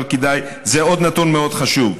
זה עוד נתון מאוד חשוב,